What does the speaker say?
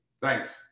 Thanks